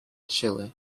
chile